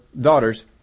daughters